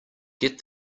get